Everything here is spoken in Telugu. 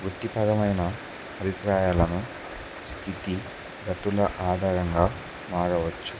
వృత్తిపరమైన అభిప్రాయాలను స్థితిగతుల ఆధారంగా మారవచ్చు